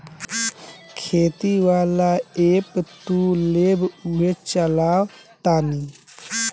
खेती वाला ऐप तू लेबऽ उहे चलावऽ तानी